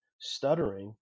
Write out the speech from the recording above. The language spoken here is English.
stuttering